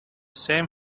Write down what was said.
same